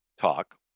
talk